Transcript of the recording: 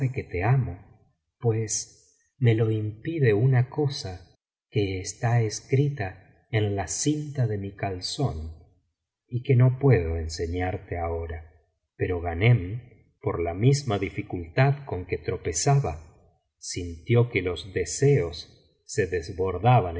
te amo pues me lo impide una cosa que está escrita en la cinta de mi calzón y que no puedo ensenarte ahora pero ghanem por la misma dificultad con que tropezaba sintió que los deseos se desbordaban